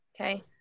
okay